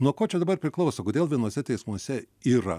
nuo ko čia dabar priklauso kodėl vienuose teismuose yra